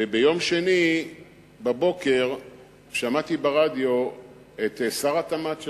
וביום שני בבוקר שמעתי את שר התמ"ת שלך,